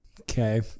Okay